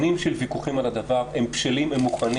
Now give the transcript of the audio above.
שנים של ויכוחים על הדבר, הם בשלים, הם מוכנים.